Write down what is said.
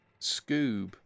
Scoob